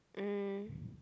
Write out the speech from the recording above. um